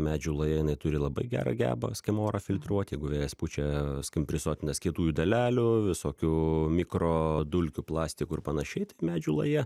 medžių laja jinai turi labai gerą gebą skim orą filtruoti jeigu vėjas pučia skim prisotinas kietųjų dalelių visokių mikrodulkių plastikų ir panašiai tai medžių laja